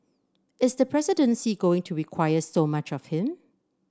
is the presidency going to require so much of him